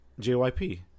JYP